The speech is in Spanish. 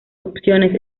opciones